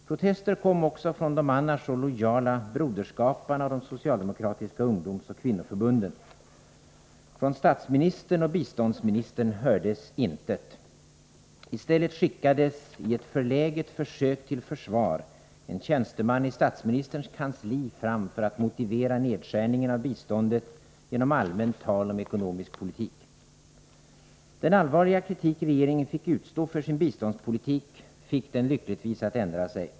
Protester kom också från de annars så lojala broderskaparna och från de socialdemokratiska ungdomsoch kvinnoförbunden. Från statsministern och biståndsministern hördes intet. I stället skickades i ett förläget försök till försvar en tjänsteman i statsministerns kansli fram för att motivera nedskärningen av biståndet. Det blev ett allmänt tal om den ekonomiska politiken. Den allvarliga kritik regeringen fick utstå för sin biståndspolitik fick den lyckligtvis att ändra sig.